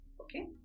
okay